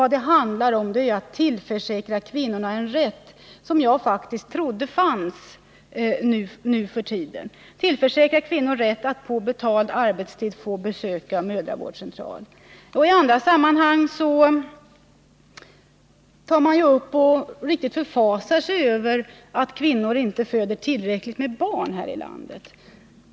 Det handlar om att tillförsäkra kvinnorna en rätt — som jag faktiskt trodde fanns nu för tiden — att på betald arbetstid besöka mödravårdscentral. Tandra sammanhang tar man upp och riktigt förfasar sig över att kvinnorna häri landet inte föder tillräckligt med barn.